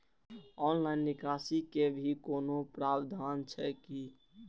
Online निकासी के भी कोनो प्रावधान छै की?